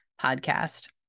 podcast